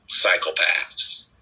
psychopaths